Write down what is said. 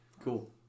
Cool